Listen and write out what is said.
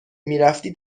میرفتی